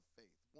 faith